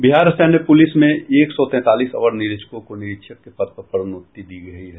बिहार सैन्य पुलिस में एक सौ तैंतालीस अवर निरीक्षकों को निरीक्षक के पद पर प्रोन्नति दी गयी है